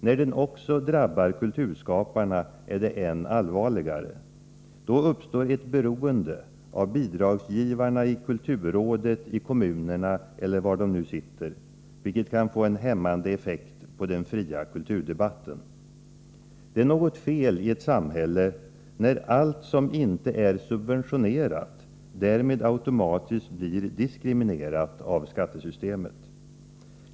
När den också drabbar kulturskaparna är det än allvarligare. Då uppstår ett beroende av bidragsgivarna i kulturrådet, i kommunerna eller var de nu sitter, vilket kan få en hämmande effekt på den fria kulturdebatten. Det är något fel i ett samhälle när allt som inte är subventionerat därmed automatiskt blir diskriminerat av skattesystemet.